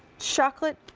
chocolate